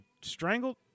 strangled